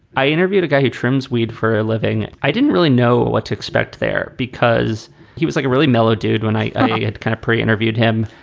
i interviewed a guy who trims weed for a living i didn't really know what to expect there because he was like a really mellow dude when i had kind of pre interviewed him.